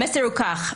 המסר הוא כך,